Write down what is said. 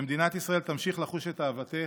שמדינת ישראל תמשיך לחוש את אהבתך,